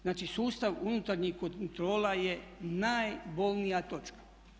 Znači sustav unutarnjih kontrola je najbolnija točka.